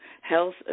health